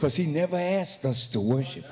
because he never asked us to worship